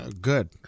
good